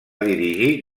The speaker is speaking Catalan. dirigir